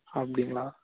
அப்படிங்களா